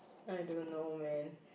I don't know man